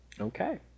Okay